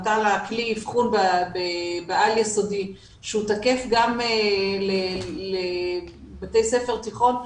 כלי האבחון בעל יסודי שהוא תקף גם לבתי ספר תיכון,